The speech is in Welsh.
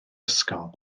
ysgol